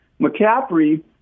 McCaffrey